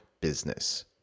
business